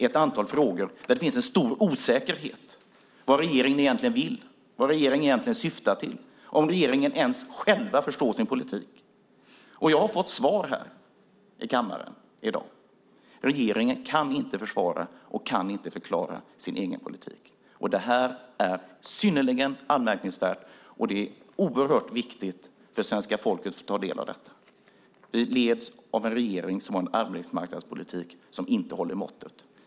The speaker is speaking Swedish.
Det finns en stor osäkerhet när det gäller vad regeringen egentligen vill, vad regeringens politik egentligen syftar till och om regeringen ens själv förstår sin politik. Jag har fått svar här i kammaren i dag. Regeringen kan inte försvara och kan inte förklara sin egen politik. Det här är synnerligen anmärkningsvärt, och det är oerhört viktigt för svenska folket att få ta del av detta. Vi leds av en regering som har en arbetsmarknadspolitik som inte håller måttet.